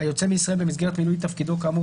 היוצא מישראל במסגרת מילוי תפקידו כאמור,